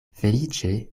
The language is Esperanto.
feliĉe